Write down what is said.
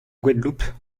guadeloupe